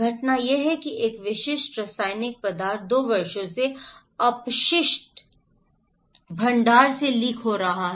घटना यह है कि एक विशिष्ट रासायनिक पदार्थ दो वर्षों से अपशिष्ट भंडार से लीक हो रहा है